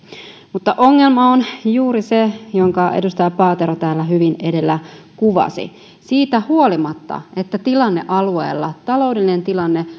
mutta ongelma on juuri se jonka edustaja paatero täällä hyvin edellä kuvasi siitä huolimatta että tilanne alueella taloudellinen tilanne